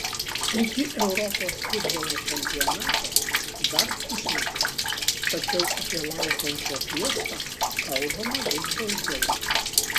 iki europos futbolo čempionato dar pusmetis tačiau apie laukiančią fiestą kalbama vis daugiau